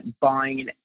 buying